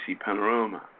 Panorama